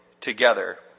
together